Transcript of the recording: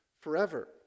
forever